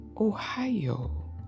Ohio